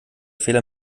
fehler